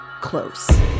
close